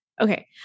Okay